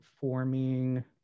forming